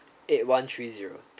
eight one three zero